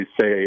say